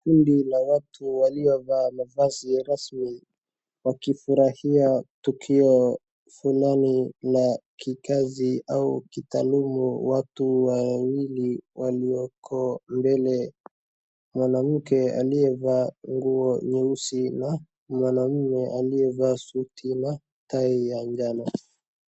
Kundi la watu waliovaa mavazi ya rasmi, wakifurahia tukio fulani la kikazi au kitalumu, watu wawili walioko mbele, mwanamke aliyevaa nguo nyeusi na mwanaume aliyevaa suti na tai ya njano.